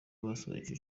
basoje